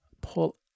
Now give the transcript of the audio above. pull